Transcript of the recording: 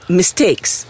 mistakes